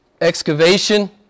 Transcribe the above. excavation